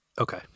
Okay